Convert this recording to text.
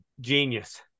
genius